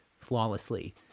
flawlessly